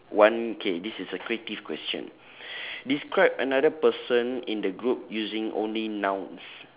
one okay this is a creative question describe another person in the group using only nouns